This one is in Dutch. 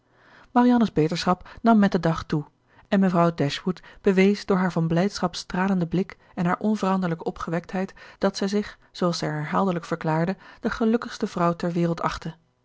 marianne's beterschap nam met den dag toe en mevrouw dashwood bewees door haar van blijdschap stralenden blik en haar onveranderlijke opgewektheid dat zij zich zooals zij herhaaldelijk verklaarde de gelukkigste vrouw ter wereld achtte